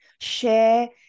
share